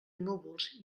núvols